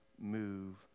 move